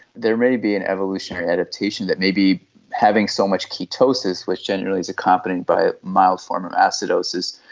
there may be an evolutionary adaptation, that maybe having so much ketosis, which generally is accompanied by a mild form of acidosis,